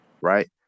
right